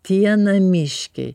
tie namiškiai